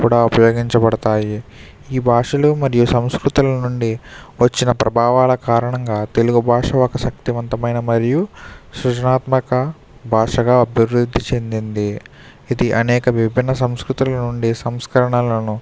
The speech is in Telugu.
కూడా ఉపయోగించబడతాయి ఈ భాషలు మరియు సంస్కృతుల నుండి వచ్చిన ప్రభావాల కారణంగా తెలుగు భాష ఒక శక్తివంతమైన మరియు సృజనాత్మక భాషగా అభివృద్ధి చెందింది ఇది అనేక విభిన్న సంస్కృతుల నుండి సంస్కరణలను